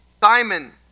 Simon